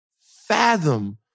fathom